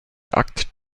akt